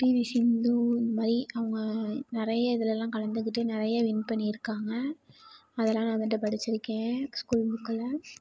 PV Sindhu இந்த மாதிரி அவங்க நிறையா இதுலெல்லாம் கலந்துக்கிட்டு நிறையா வின் பண்ணியிருக்காங்க அதெல்லாம் நான் வந்து படிச்சுருக்கேன் ஸ்கூல் புக்கில்